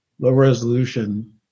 low-resolution